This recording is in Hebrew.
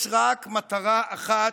יש רק מטרה אחת,